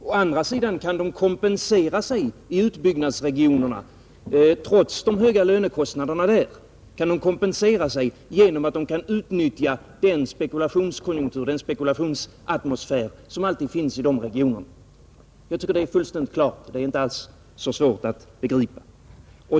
Å andra sidan kan man kompensera sig i utbyggnadsregionerna, trots de höga lönekostnaderna där, genom att utnyttja den spekulationskonjunktur, den spekulationsatmosfär, som alltid finns i dessa regioner, Jag tycker det är fullständigt klart — det är inte alls så svårt att begripa.